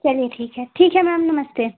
चलिए ठीक है ठीक है मैम नमस्ते